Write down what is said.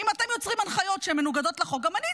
אם אתם יוצרים הנחיות שהן מנוגדות לחוק,